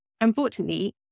unfortunately